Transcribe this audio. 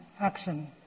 action